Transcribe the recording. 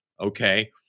okay